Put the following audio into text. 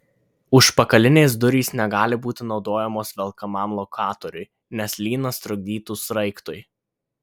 užpakalinės durys negali būti naudojamos velkamam lokatoriui nes lynas trukdytų sraigtui